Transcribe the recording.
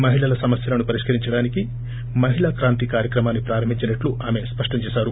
మహిళల సమస్యలను పరిష్కరించడానికి మహిళా క్రాంతి కార్యక్రమాన్సి ప్రారంభించినట్లు ఆమె స్పష్టం చేశారు